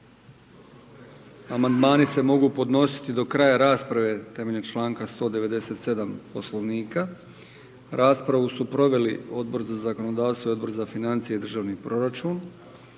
amandmani se mogu podnositi do kraja rasprave, članak 197. Poslovnika. Raspravu su proveli Odbor za zakonodavstvo, Odbor za rad, mirovinski